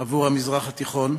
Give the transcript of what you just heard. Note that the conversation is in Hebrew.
עבור המזרח התיכון,